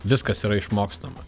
viskas yra išmokstama